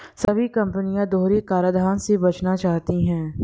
सभी कंपनी दोहरे कराधान से बचना चाहती है